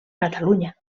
catalunya